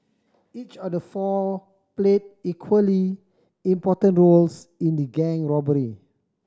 each of the four played equally important roles in the gang robbery